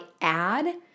add